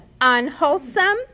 unwholesome